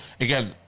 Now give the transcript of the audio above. again